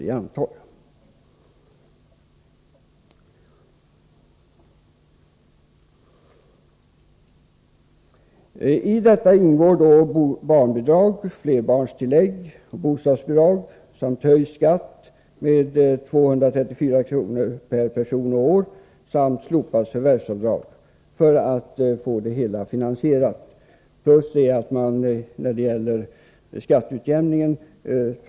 I denna höjning ingår barnbidrag, flerbarnstillägg och bostadsbidrag. Hänsyn har också tagits till en höjd skatt på 234 kr. per person och år samt slopat förvärvsavdrag för att få det hela finansierat. Dessutom tar man . pengar från kommunerna via skatteutjämningen.